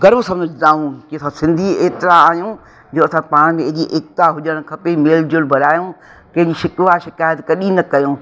गर्व सम्झदा आहियूं की असां सिंधी एतिरा आहियूं जो असां पाण में एॾी एकता हुजणु खपे मेल जोल बढ़ायूं कंहिंजी शिकवा शिकायत कॾहिं न कयूं